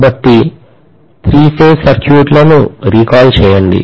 కాబట్టి three phase సర్క్యూట్లను recall చేయండి